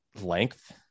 length